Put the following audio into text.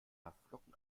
haferflocken